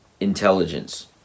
intelligence